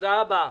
תודה רבה.